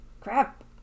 Crap